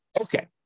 Okay